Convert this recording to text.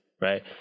right